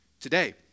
today